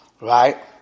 Right